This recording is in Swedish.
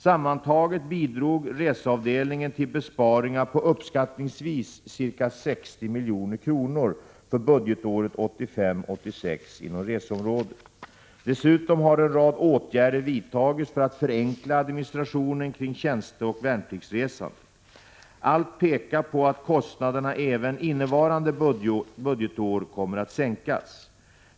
Sammantaget bidrog reseavdelningen till besparingar på uppskattningsvis ca 60 milj.kr. för budgetåret 1985/86 inom reseområdet. Dessutom har en rad åtgärder vidtagits för att förenkla administrationen kring tjänsteoch värnpliktsresandet. Allt pekar på att kostnaderna även innevarande budgetår kommer att sänkas.